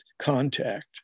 contact